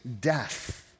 death